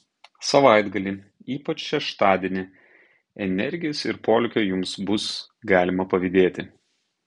savaitgalį ypač šeštadienį energijos ir polėkio jums bus galima pavydėti